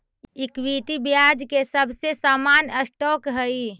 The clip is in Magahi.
इक्विटी ब्याज के सबसे सामान्य स्टॉक हई